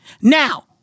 Now